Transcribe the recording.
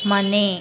ಮನೆ